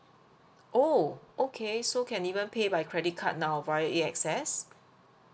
oh okay so can even pay by credit card now via A_X_S